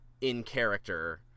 in-character